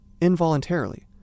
involuntarily